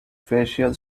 facial